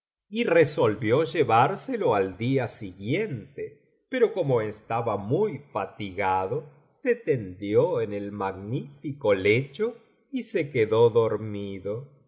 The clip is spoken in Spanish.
y resolvió llevárselo al día siguiente pero como estaba muy fatigado se tendió en el magnífico lecho y se quedó dormido al